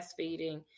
breastfeeding